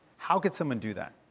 how could someone do that?